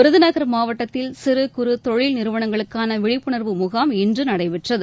விருதுநகர் மாவட்டத்தில் சிறு சுறு தொழில் நிறுவனங்களுக்கான விழிப்புணர்வு முகாம் இன்று நடைபெற்றது